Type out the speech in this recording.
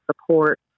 support